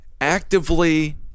actively